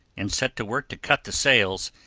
and set to work to cut the sails,